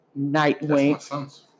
Nightwing